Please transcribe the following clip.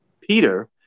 Peter